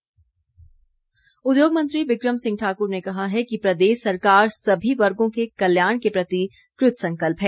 बिक्रम ठाक्र उद्योग मंत्री बिक्रम सिंह ठाकुर ने कहा है कि प्रदेश सरकार सभी वर्गो के कल्याण के प्रति कृतसंकल्प है